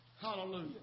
Hallelujah